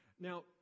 now